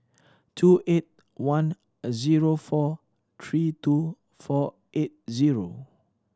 two eight one zero four three two four eight zero